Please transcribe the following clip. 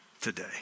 today